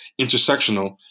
intersectional